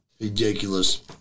Ridiculous